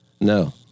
No